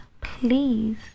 please